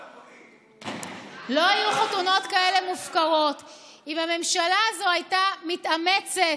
דודי, תכניסו אותה כבר, היא לא יכולה להישאר בחוץ.